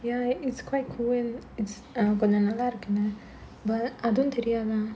ya it's quite cool it~ it's கொஞ்சம் நல்லாருக்காங்க:konjam nallaarukkaanga but அதும் தெரியாதா:adhum theriyaadhaa